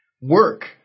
Work